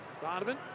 Donovan